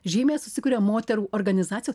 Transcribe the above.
žymiai susikuria moterų organizacijos